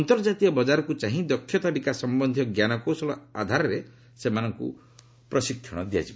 ଅନ୍ତର୍ଜାତୀୟ ବଜାରକୁ ଚାହିଁ ଦକ୍ଷତା ବିକାଶ ସମ୍ଭନ୍ଧୀୟ ଜ୍ଞାନକୌଶଳ ଆଧାରରେ ସେମାନଙ୍କୁ ପ୍ରଶିକ୍ଷଣ ଦିଆଯିବ